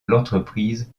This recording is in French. l’entreprise